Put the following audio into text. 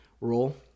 roll